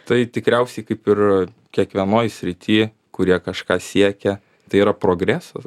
tai tikriausiai kaip ir kiekvienoj srity kurie kažką siekia tai yra progresas